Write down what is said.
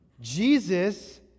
Jesus